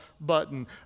button